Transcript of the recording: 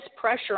pressure